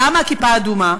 למה "כיפה אדומה"?